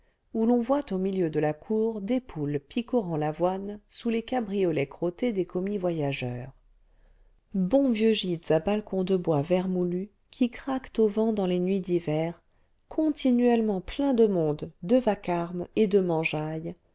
où l'on voit au milieu de la cour des poules picorant l'avoine sous les cabriolets crottés des commis voyageurs bons vieux gîtes à balcon de bois vermoulu qui craquent au vent dans les nuits d'hiver continuellement pleins de monde de vacarme et de mangeaille